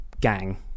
gang